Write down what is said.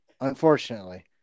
unfortunately